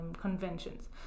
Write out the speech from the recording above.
conventions